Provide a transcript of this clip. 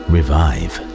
Revive